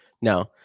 No